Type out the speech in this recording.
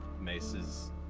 Mace's